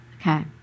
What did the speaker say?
Okay